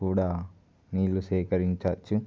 కూడా నీళ్ళు సేకరించ వచ్చు